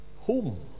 home